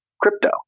crypto